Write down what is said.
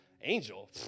Angel